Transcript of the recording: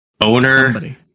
owner